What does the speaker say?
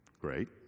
Great